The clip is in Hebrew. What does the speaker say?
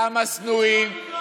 כמה שנואים,